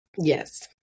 Yes